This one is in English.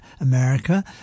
America